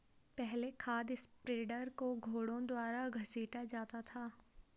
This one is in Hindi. पहले खाद स्प्रेडर को घोड़ों द्वारा घसीटा जाता था